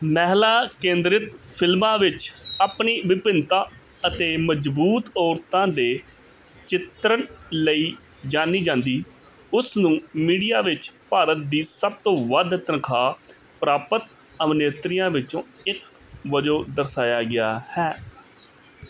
ਮਹਿਲਾ ਕੇਂਦਰਿਤ ਫਿਲਮਾਂ ਵਿੱਚ ਆਪਣੀ ਵਿਭਿੰਨਤਾ ਅਤੇ ਮਜ਼ਬੂਤ ਔਰਤਾਂ ਦੇ ਚਿਤਰਨ ਲਈ ਜਾਣੀ ਜਾਂਦੀ ਉਸ ਨੂੰ ਮੀਡੀਆ ਵਿੱਚ ਭਾਰਤ ਦੀ ਸਭ ਤੋਂ ਵੱਧ ਤਨਖਾਹ ਪ੍ਰਾਪਤ ਅਭਿਨੇਤਰੀਆਂ ਵਿੱਚੋਂ ਇੱਕ ਵਜੋਂ ਦਰਸਾਇਆ ਗਿਆ ਹੈ